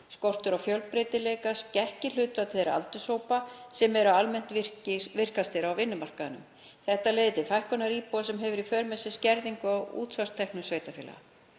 Skortur á fjölbreytni skekkir hlutfall þeirra aldurshópa sem eru almennt virkastir á vinnumarkaðinum. Þetta leiðir til fækkunar íbúa sem hefur í för með sér skerðingu á útsvarstekjum sveitarfélaga.